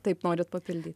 taip norit papildy